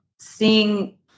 seeing